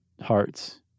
hearts